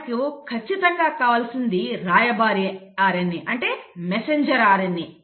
మనకు ఖచ్చితంగా కావలసినది రాయబారి RNA అంటే మెసెంజర్ RNA